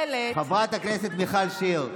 חברת הכנסת מיכל שיר.